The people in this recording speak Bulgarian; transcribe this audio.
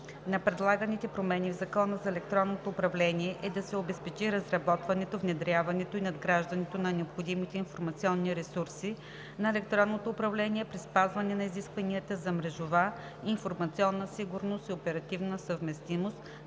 на предлаганите промени в Закона за електронното управление е да се обезпечи разработването, внедряването и надграждането на необходимите информационни ресурси на електронното управление при спазване на изискванията за мрежова и информационна сигурност и оперативна съвместимост,